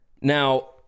Now